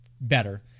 better